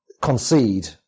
concede